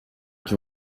que